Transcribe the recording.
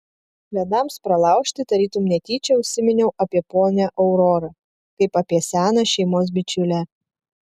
ledams pralaužti tarytum netyčia užsiminiau apie ponią aurorą kaip apie seną šeimos bičiulę